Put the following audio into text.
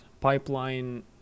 pipeline